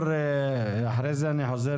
עכשיו, אתה יוצא החוצה.